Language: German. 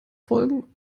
folgen